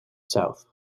south